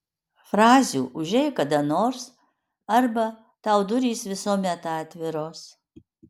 frazių užeik kada nors arba tau durys visuomet atviros